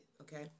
okay